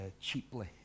cheaply